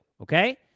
okay